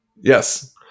Yes